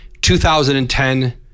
2010